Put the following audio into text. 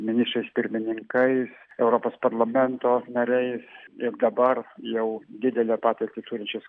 ministrais pirmininkais europos parlamento nariais ir dabar jau didelę patirtį turinčius